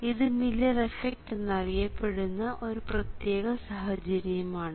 ഇത് Miller effect എന്നറിയപ്പെടുന്ന ഒരു പ്രത്യേക സാഹചര്യമാണ്